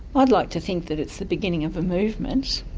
i'd like to think that it's the beginning of a movement,